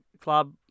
club